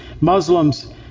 Muslims